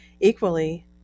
equally